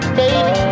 baby